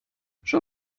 schau